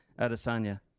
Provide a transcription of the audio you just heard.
Adesanya